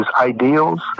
ideals